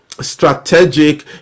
strategic